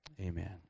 Amen